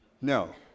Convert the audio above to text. No